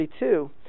32